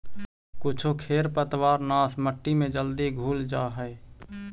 कुछो खेर पतवारनाश मट्टी में जल्दी घुल जा हई